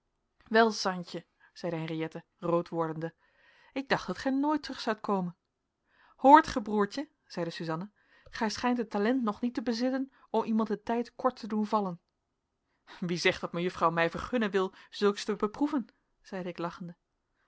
wel santje zeide henriëtte rood wordende ik dacht dat gij nooit terug zoudt komen hoort gij broertje zeide suzanna gij schijnt het talent nog niet te bezitten om iemand den tijd kort te doen vallen wie zegt dat mejuffrouw mij vergunnen wil zulks te beproeven zeide ik lachende